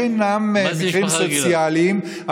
שאינן מקרים סוציאליים,